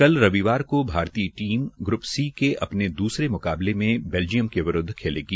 कल रविवार को भारतीय टीम ग्रप सी के अपने दूसरे मुकाबले मे बैल्जियम के विरूदव खेलेगी